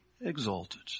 exalted